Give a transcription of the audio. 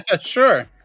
Sure